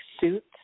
suits